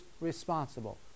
responsible